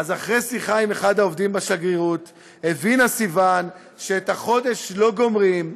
אז אחרי שיחה עם אחד העובדים בשגרירות הבינה סיוון שאת החודש לא גומרים,